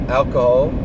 alcohol